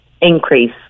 increase